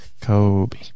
Kobe